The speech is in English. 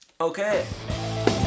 Okay